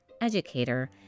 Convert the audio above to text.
educator